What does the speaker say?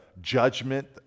judgment